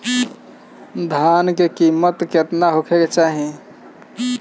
धान के किमत केतना होखे चाही?